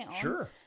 Sure